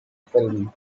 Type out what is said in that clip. film